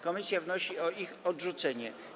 Komisja wnosi o ich odrzucenie.